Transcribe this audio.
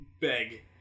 beg